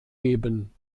geben